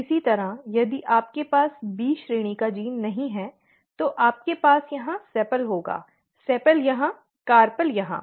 इसी तरह यदि आपके पास B श्रेणी का जीन नहीं है तो आपके पास यहां सेपल होगा सेपल यहां कार्पेल यहां